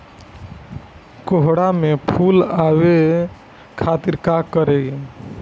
कोहड़ा में फुल आवे खातिर का करी?